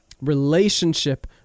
Relationship